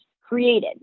created